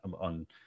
on